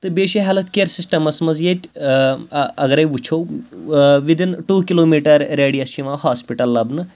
تہٕ بیٚیہِ چھِ ہٮ۪لٕتھ کِیَر سِسٹَمَس منٛز ییٚتہِ اَگَرے وٕچھو within two kilometre radius چھِ یِوان ہاسپِٹَل لَبنہٕ